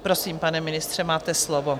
Prosím, pane ministře, máte slovo.